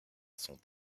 sont